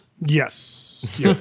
Yes